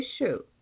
issue